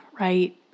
right